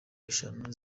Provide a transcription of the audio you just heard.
eshanu